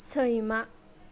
सैमा